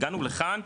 הגענו לכאן,